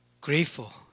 grateful